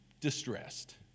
distressed